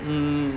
mm